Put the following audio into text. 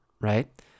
right